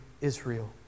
Israel